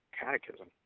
catechism